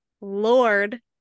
lord